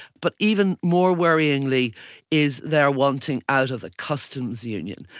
but even more worryingly is they are wanting out of the customs union.